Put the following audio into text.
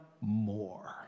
more